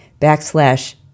backslash